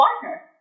partner